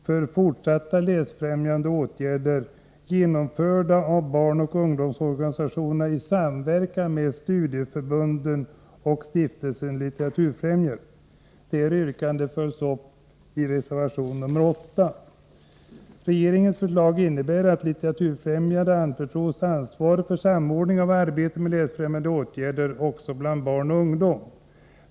för fortsatta läsfrämjande åtgärder, genomförda av barnoch ungdomsorganisationerna i samverkan med studieförbunden och Stiftelsen Litteraturfrämjandet. Detta yrkande följs upp i reservation nr 8. Regeringens förslag innebär att Litteraturfrämjandet anförtros uppgiften att ha ansvaret för samordningen av arbetet för läsfrämjande åtgärder också bland barn och ungdom.